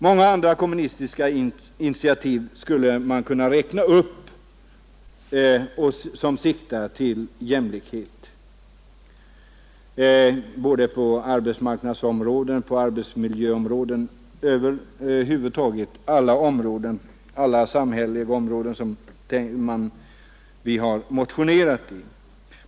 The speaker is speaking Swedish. Många andra kommunistiska initiativ skulle här kunna räknas upp; de siktar alla till ökad jämlikhet på arbetsmarknadsoch arbetsmiljöområdet, och detta gäller över huvud taget på alla samhälleliga områden där vi har motionerat.